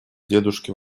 дедушке